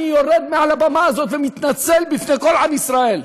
אני יורד מעל הבמה הזאת ומתנצל בפני כל עם ישראל.